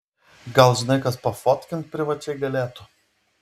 gal žinai kas pafotkint privačiai galėtų